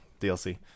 DLC